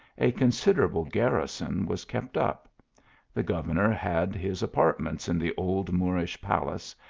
a considerable garrison was kept up the governor had his apartments in the old moorish palace,